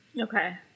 Okay